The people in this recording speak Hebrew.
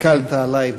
הקלת עלי.